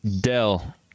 Dell